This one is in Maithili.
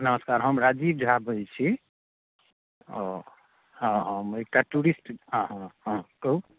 नमस्कार हम राजीव झा बजैत छी ओ हँ हम एकटा टूरिस्ट हँ हँ हँ कहू